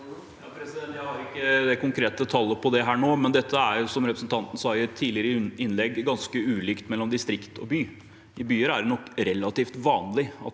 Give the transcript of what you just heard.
Jeg har ikke det konkrete tallet på det her nå, men som representanten sa i et tidligere innlegg, er dette ganske ulikt mellom distrikt og by. Det er nok relativt vanlig at